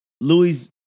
Louis